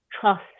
trust